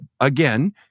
again